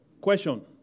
Question